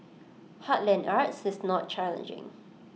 heartland arts is not challenging